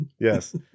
Yes